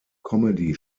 comedy